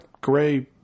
gray